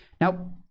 Now